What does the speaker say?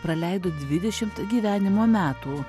praleido dvidešimt gyvenimo metų